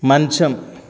మంచం